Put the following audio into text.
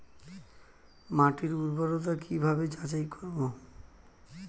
মাটির উর্বরতা কি ভাবে যাচাই করব?